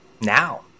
now